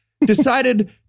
decided